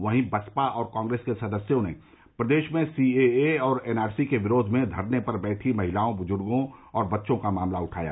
वहीं बसपा और कांग्रेस के सदस्यों ने प्रदेश में सी ए ए और ए आर सी के विरोध में धरने पर बैठी महिलाओं ब्ज्गो और बच्यों का मामला उठाया